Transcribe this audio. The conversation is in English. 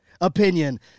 opinion